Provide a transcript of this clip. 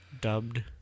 dubbed